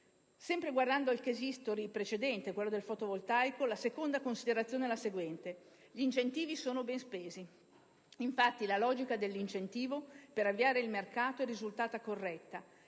Sempre guardando al *case history* precedente, quello del fotovoltaico, la seconda considerazione è la seguente: gli incentivi sono ben spesi! Infatti la logica dell'incentivo per avviare il mercato è risultata corretta,